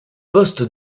poste